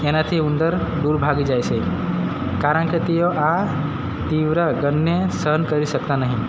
એનાથી ઉંદર દૂર ભાગી જાય સે કારણ કે તેઓ આ તીવ્ર ગંધને સહન કરી શકતા નહી